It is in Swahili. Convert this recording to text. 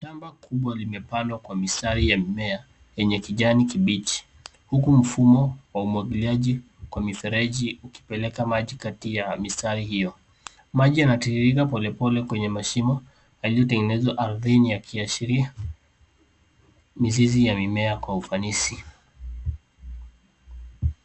Shamba kubwa limepandwa kwa mistari ya mimea enye kijani kibichi, huku mfumo wa umwagiliaji kwa mifereji ukipeleka maji kati ya mistari hiyo. Maji yanatiririka polepole kwenye mashimo yaliyotengenezwa ardhini yakiashiria mizizi ya mimea kwa ufanisi.